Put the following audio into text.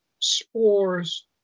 spores